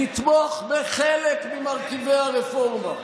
לתמוך בחלק ממרכיבי הרפורמה.